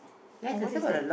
oh what is that